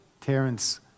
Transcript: Terence